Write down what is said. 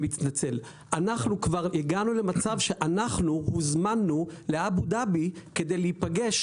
כבר הגענו למצב שאנחנו הוזמנו לאבו דאבי כדי להיפגש